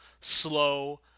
slow